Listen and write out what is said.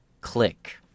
click